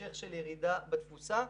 המשך של ירידה בתפוסה.